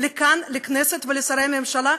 שאזרחי מדינת ישראל לצערי הרב יוצאים ולוחמים בשורות